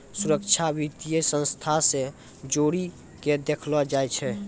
सुरक्षा वित्तीय संस्था से जोड़ी के देखलो जाय छै